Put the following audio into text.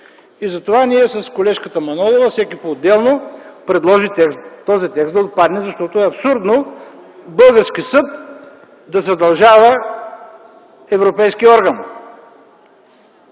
Затова с колежката Манолова – всеки поотделно, предложи този текст да отпадне, защото е абсурдно български съд да задължава европейски орган.